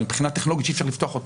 מבחינה טכנולוגית שאי אפשר לפתוח אותה,